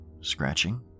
Scratching